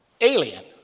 alien